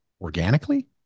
organically